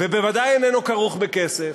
ובוודאי איננו כרוך בכסף,